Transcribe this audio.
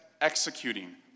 executing